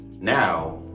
now